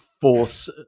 force